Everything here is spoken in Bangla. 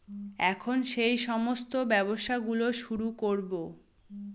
এখন সেই সমস্ত ব্যবসা গুলো শুরু করবো